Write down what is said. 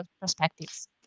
perspectives